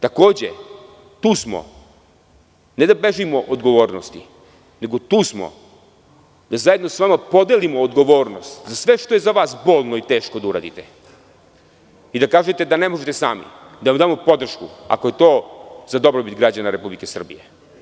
Takođe, tu smo, ne da bežimo od odgovornosti, nego tu smo da zajedno sa vama podelimo odgovornost za sve što je za vas bolno i teško da uradite i da kažete da ne možete sami, da vam damo podršku, ako je to za dobrobit građana Republike Srbije.